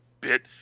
bit